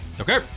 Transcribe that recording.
Okay